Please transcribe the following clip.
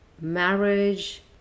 marriage